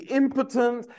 impotent